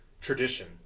tradition